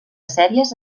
sèries